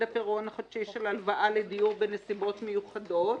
פירעון החודשי של ההלוואה לדיור בנסיבות מיוחדות,